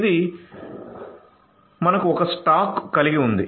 ఇది మీకు ఒక స్టాక్ కలిగి ఉంది